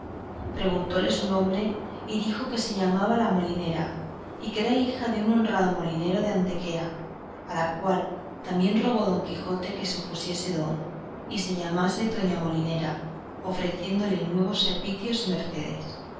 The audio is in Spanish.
preguntóle su nombre y dijo que se llamaba la molinera y que era hija de un honrado molinero de antequera a la cual también rogó don quijote que se pusiese don y se llamase doña molinera ofreciéndole nuevos servicios y mercedes